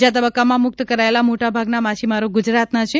બીજા તબક્કામાં મુક્ત કરાયેલા મોટાભાગના માછીમારો ગુજરાતના છે